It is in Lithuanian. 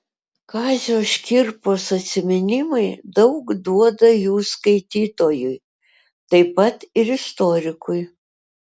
kazio škirpos atsiminimai daug duoda jų skaitytojui taip pat ir istorikui